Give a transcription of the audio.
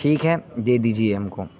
ٹھیک ہے دے دجیے ہم کو